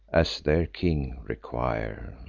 as their king, require.